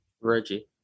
Reggie